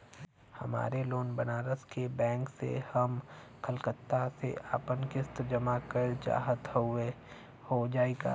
हमार लोन बनारस के बैंक से ह हम कलकत्ता से आपन किस्त जमा कइल चाहत हई हो जाई का?